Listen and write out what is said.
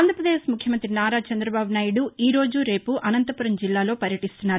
ఆంధ్రాపదేశ్ ముఖ్యమంతి నారా చంద్రబాబు నాయుడు ఈరోజు రేపు అనంతపురం జిల్లాలో పర్యటిస్తున్నారు